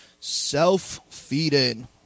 self-feeding